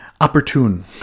opportune